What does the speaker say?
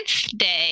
day